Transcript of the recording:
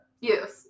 Yes